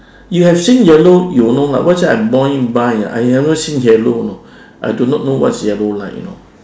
you have seen yellow you will know lah let's say I born you blind I never see yellow know I don't know what's yellow like you know